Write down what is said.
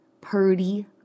Purdy